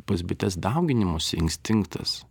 pas bites dauginimosi instinktas